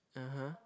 (uh huh)